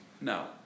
No